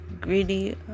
greedy